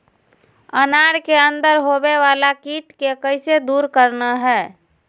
अनार के अंदर होवे वाला कीट के कैसे दूर करना है?